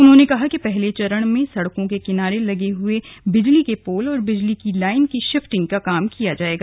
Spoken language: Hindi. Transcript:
उन्होंने कहा कि पहले चरण में सड़कों के किनारे लगे हए बिजली के पोल और बिजली की लाईन की शिफ्टिंग का काम होगा